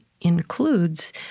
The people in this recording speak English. includes